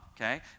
Okay